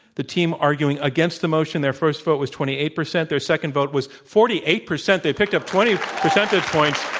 the team arguing against the motion, their first vote was twenty eight percent. their second vote was forty eight percent. they picked up twenty percentage points.